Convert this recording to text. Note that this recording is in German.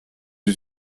die